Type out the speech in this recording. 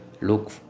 look